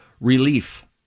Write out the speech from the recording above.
relief